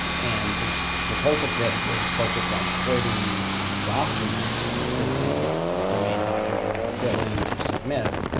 and since proposal kit is focused on creating you a document that's going to be the main document you're going to fill in to submit,